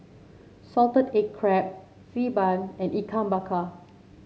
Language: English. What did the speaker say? Salted Egg Crab Xi Ban and Ikan Bakar